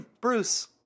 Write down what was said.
Bruce